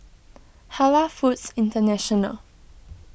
Halal Foods International